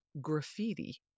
graffiti